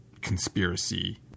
conspiracy